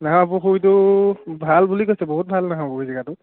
নহৰপুখুৰীটো ভাল বুলি কৈছে বহুত ভাল নহৰপুখুৰী জেগাটো